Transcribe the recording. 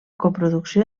coproducció